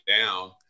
down